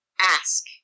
ask